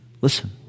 Listen